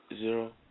zero